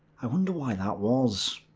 i wonder why that was.